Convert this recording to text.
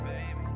Baby